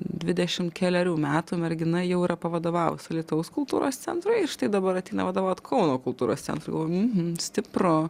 dvidešim kelerių metų mergina jau yra pavadovavus alytaus kultūros centrui ir štai dabar ateina vadovaut kauno kultūros centrui galvoju uhu stipru